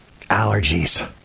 Allergies